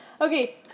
Okay